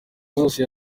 zose